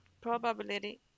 probability